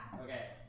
Okay